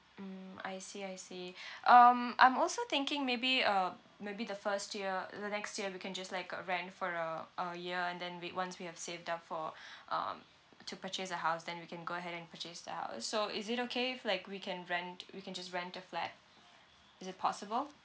mm I see I see um I'm also thinking maybe uh maybe the first year the next year we can just like uh rent for uh a year and then we once we have saved up for um to purchase a house then we can go ahead and purchase the house so is it okay if like we can rent we can just rent a flat is it possible